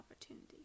opportunity